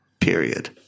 period